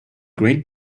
great